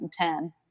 2010